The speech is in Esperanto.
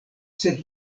sed